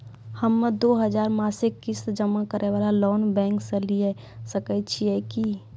हम्मय दो हजार मासिक किस्त जमा करे वाला लोन बैंक से लिये सकय छियै की?